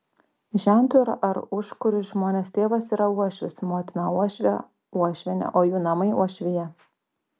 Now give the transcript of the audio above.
žentui ar užkuriui žmonos tėvas yra uošvis motina uošvė uošvienė o jų namai uošvija